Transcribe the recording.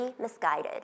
misguided